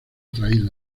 atraído